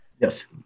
Yes